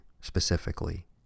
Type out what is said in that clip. specifically